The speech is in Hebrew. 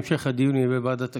המשך הדיון יהיה בוועדת הכספים.